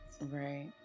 Right